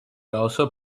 also